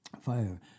Fire